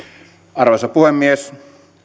arvoisa puhemies